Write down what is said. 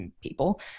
people